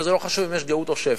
וזה לא חשוב אם יש גאות או שפל.